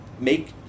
make